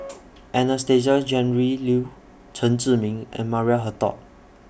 Anastasia Tjendri Liew Chen Zhiming and Maria Hertogh